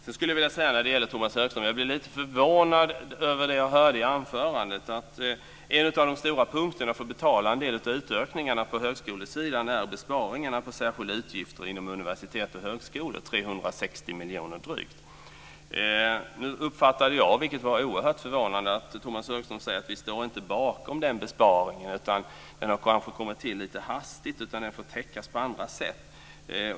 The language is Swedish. Jag blev lite förvånad över det Tomas Högström sade sitt anförande. En av de stora punkterna för att betala en del av utökningarna på högskolesidan är besparingarna på särskilda utgifter inom universitet och högskolor. Det är drygt 360 miljoner. Nu uppfattade jag, vilket var oerhört förvånande, att Tomas Högström säger att moderaterna inte står bakom den besparingen. Den har kanske kommit till lite hastigt, och det får täckas på andra sätt.